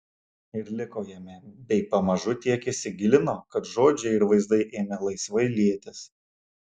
ir liko jame bei pamažu tiek įsigilino kad žodžiai ir vaizdai ėmė laisvai lietis